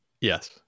Yes